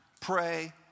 Pray